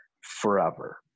forever